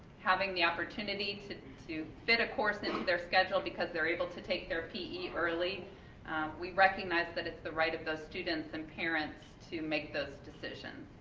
having the opportunity to to fit a course into their schedule because they're able to take their p e. early we recognize that it's the right of those students and parents to make those decisions.